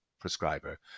prescriber